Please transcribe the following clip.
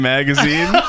Magazine